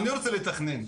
אני רוצה לתכנן,